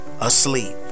Asleep